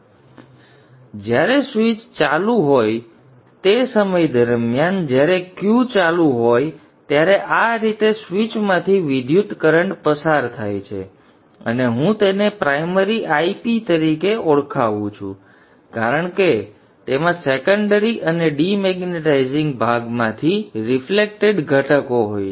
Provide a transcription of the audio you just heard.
હવે જ્યારે સ્વીચ ચાલુ હોય તે સમય દરમિયાન જ્યારે Q ચાલુ હોય ત્યારે આ રીતે સ્વીચમાંથી વિદ્યુતકરન્ટ પસાર થાય છે અને હું તેને પ્રાઇમરી IP તરીકે ઓળખાવું છું કારણ કે તેમાં સેકન્ડરી અને મેગ્નેટાઇઝિંગ ભાગમાંથી રિફ્લેક્ટેડ ઘટક હોય છે